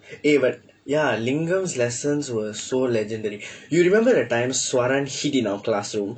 eh but ya lingam's lessons were so legendary you remember the time swaran hid in our classroom